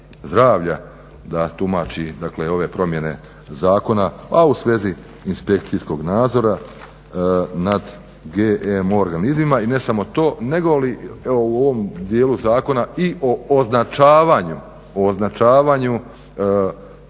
da tumači, dakle ove promjene zakona, a u svezi inspekcijskog nadzora nad GMO organizmima. I ne samo to, negoli evo u ovom dijelu zakona i o označavanju GMO organizama,